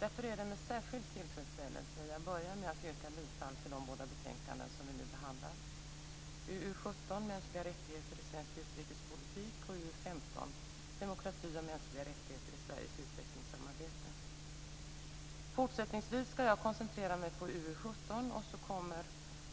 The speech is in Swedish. Därför är det med särskild tillfredsställelse jag börjar med att yrka bifall till hemställan i de båda betänkanden som vi nu behandlar: UU17 Mänskliga rättigheter i svensk utrikespolitik och UU15 Demokrati och mänskliga rättigheter i Sveriges utvecklingssamarbete. Fortsättningsvis skall jag koncentrera mig på UU17 och sedan kommer